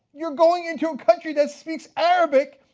you are going into a country that speaks arabic,